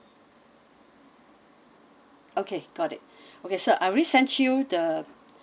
okay got it okay sir I already sent you the